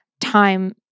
time